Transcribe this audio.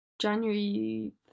January